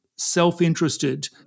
self-interested